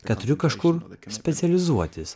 kad turiu kažkur specializuotis